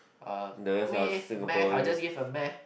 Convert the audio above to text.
uh meh meh I just give a meh